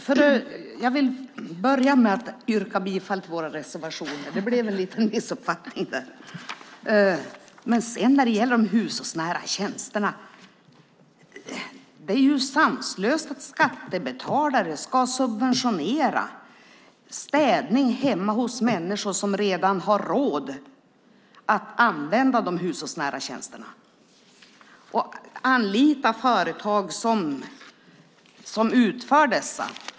Fru talman! Jag vill börja med att yrka bifall till våra reservationer. Det blev en liten missuppfattning där. När det gäller de hushållsnära tjänsterna vill jag säga att det är sanslöst att skattebetalare ska subventionera städning hemma hos människor som redan har råd att använda de hushållsnära tjänsterna. De har råd att anlita företag som utför dessa.